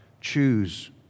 choose